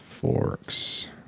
forks